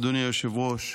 אדוני, היושב-ראש,